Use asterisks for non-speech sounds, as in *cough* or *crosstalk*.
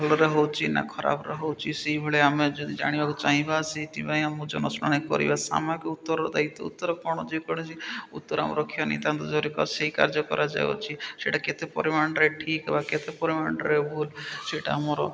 ଫଳରେ ହଉଛି ନା ଖରାପରେ ହଉଛି ସେଇଭଳି ଆମେ ଯଦି ଯିବାକୁ ଚାହିଁବା ସେଇଥିପାଇଁ ଆମକୁ ଜନଶୁଣାଣି କରିବା ସାମେକ୍ ଉତ୍ତର ଦାୟିତ୍ୱ ଉତ୍ତର କ'ଣ ଯେକୌଣସି ଉତ୍ତର ଆମରଖିବା ନିତାନ୍ତ *unintelligible* ସେଇ କାର୍ଯ୍ୟ କରାଯାଉଛି ସେଇଟା କେତେ ପରିମାଣରେ ଠିକ୍ ବା କେତେ ପରିମାଣରେ ଭୁଲ ସେଇଟା ଆମର